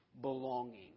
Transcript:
belonging